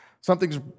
Something's